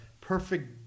perfect